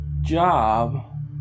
job